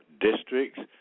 districts